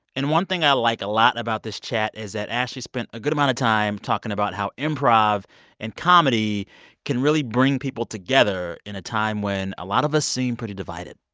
and one thing i like a lot about this chat is that ashley spent a good amount of time talking about how improv and comedy can really bring people together in a time when a lot of us seem pretty divided.